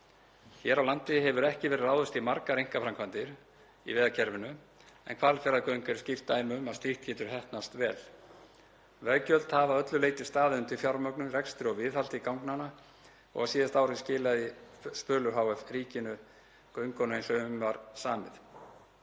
Hér á landi hefur ekki verið ráðist í margar einkaframkvæmdir í vegakerfinu en Hvalfjarðargöng eru skýrt dæmi um að slíkt getur heppnast vel. Veggjöld hafa að öllu leyti staðið undir fjármögnun, rekstri og viðhaldi ganganna og á síðasta ári skilaði Spölur hf. ríkinu göngunum eins og um var samið.